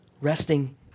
Resting